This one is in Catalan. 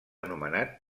anomenat